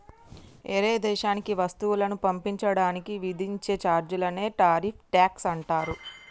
ఏరే దేశానికి వస్తువులను పంపించడానికి విధించే చార్జీలనే టారిఫ్ ట్యాక్స్ అంటారు